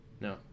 No